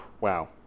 wow